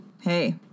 Hey